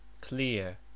Clear